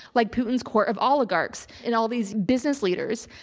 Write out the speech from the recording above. like putin's core of oligarchs and all these business leaders.